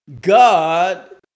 God